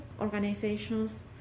organizations